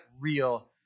real